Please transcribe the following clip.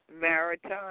Maritime